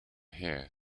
hare